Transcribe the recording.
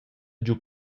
giu